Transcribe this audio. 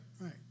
Right